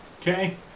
Okay